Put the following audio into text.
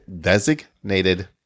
designated